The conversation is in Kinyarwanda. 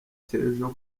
cy’ejo